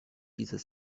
dieses